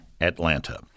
Atlanta